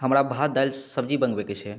हमरा भात दालि सब्जी मँगबै के छै